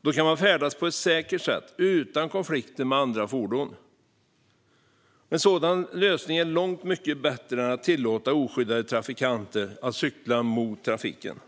Då kan man färdas på ett säkert sätt utan konflikter med andra fordon. En sådan lösning är långt mycket bättre än att tillåta oskyddade trafikanter att cykla mot trafiken.